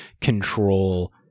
control